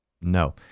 no